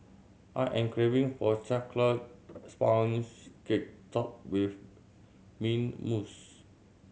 I am craving for a chocolate sponge cake topped with mint mousse